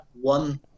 One